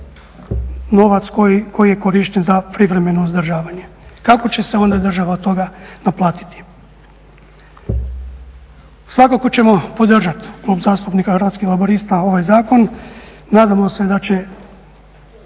novac koji je korišten za privremeno uzdržavanje. Kako će se onda država od toga naplatiti? Svakako ćemo podržati Klub zastupnika Hrvatskih laburista ovaj zakon. Nadamo se da će